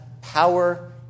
power